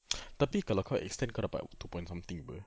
tapi kalau kau extend kau dapat two point something apa